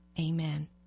Amen